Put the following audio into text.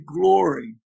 glory